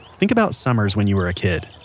think about summers when you were a kid,